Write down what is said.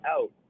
out